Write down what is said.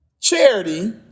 Charity